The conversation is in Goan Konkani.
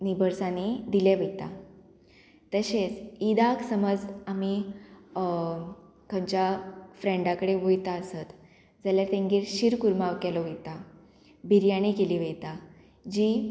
नेबर्सांनी दिलें वयता तशेंच ईदाक समज आमी खंयच्या फ्रेंडा कडेन वयता आसत जाल्यार तेंगेर शीर कुर्मा केलो वयता बिरयानी केली वयता जी